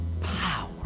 power